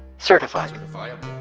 certified certifiable